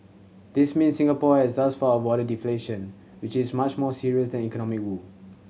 this means Singapore has thus far avoided deflation which is much more serious than economic woe